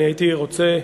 אני הייתי רוצה,